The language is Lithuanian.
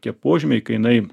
tie požymiai kai jinai